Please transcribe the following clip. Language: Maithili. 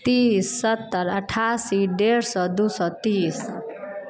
तीस सत्तर अठासी डेढ़ सए दू सए तीस